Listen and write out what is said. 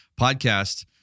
podcast